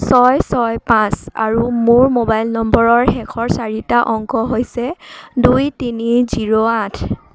ছয় ছয় পাঁচ আৰু মোৰ মোবাইল নম্বৰৰ শেষৰ চাৰিটা অংক হৈছে দুই তিনি জিৰ' আঠ